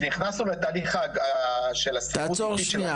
כשנכנסנו לתהליך של השכירות האיטית.